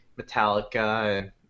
Metallica